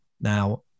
now